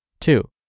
Two